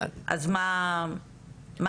אז מה הטעם?